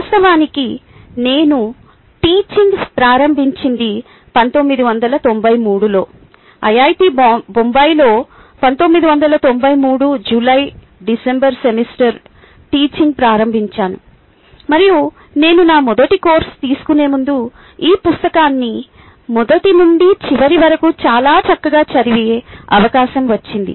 వాస్తవానికి నేను టీచింగ్ ప్రారంభించింది 1993 లో ఐఐటి బొంబాయిలో 1993 జూలై డిసెంబర్ సెమిస్టర్లో టీచింగ్ ప్రారంభించాను మరియు నేను నా మొదటి కోర్సు తీసుకునే ముందు ఈ పుస్తకాన్ని మొదటి నుండి చివరి వరకు చాలా చక్కగా చదివే అవకాశం వచ్చింది